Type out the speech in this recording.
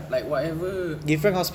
like whatever